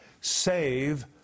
save